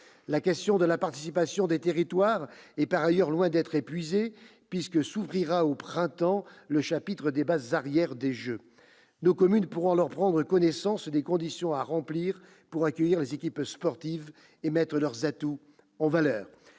La question de la participation des territoires est, par ailleurs, loin d'être épuisée, puisque s'ouvrira au printemps le chapitre des bases arrière des jeux. Nos communes pourront alors prendre connaissance des conditions à remplir pour accueillir les équipes sportives et mettre ainsi leurs atouts en valeur.